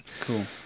cool